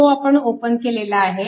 तो आपण ओपन केलेला आहे